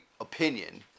opinion